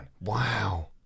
Wow